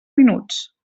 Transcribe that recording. minuts